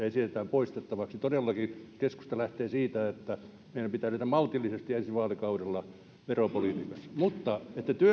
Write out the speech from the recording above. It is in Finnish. esitetään poistettavaksi todellakin keskusta lähtee siitä että meidän pitää edetä maltillisesti ensi vaalikaudella veropolitiikassa mutta